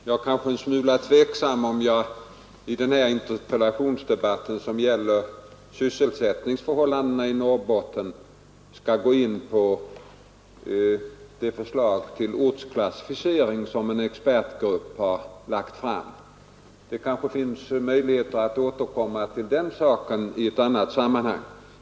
Herr talman! Jag är en smula tveksam om huruvida jag i den här interpellationsdebatten, som gäller sysselsättningsförhållandena i Norrbotten, skall gå in på det förslag till ortsklassificering som en expertgrupp har lagt fram. Det kanske finns möjligheter att återkomma till den saken i ett annat sammanhang.